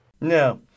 No